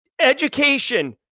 education